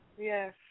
Yes